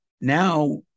now